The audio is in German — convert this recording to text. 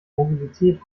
mobilität